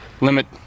limit